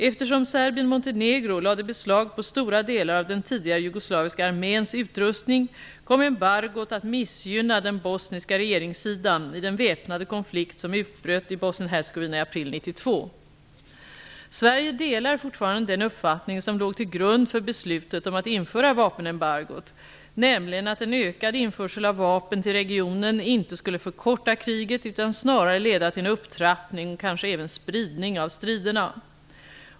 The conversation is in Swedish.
Eftersom Serbien-Montenegro lade beslag på storar delar av den tidigare jugoslaviska arméns utrustning kom embargot att missgynna den bosniska regeringssidan i den väpnade konflikt som utbröt i Sverige delar fortfarande den uppfattning som låg till grund för beslutet om att införa vapenembargot, nämligen att en ökad införsel av vapen till regionen inte skulle förkorta kriget utan snarare leda till en upptrappning och kanske även spridning av striderna.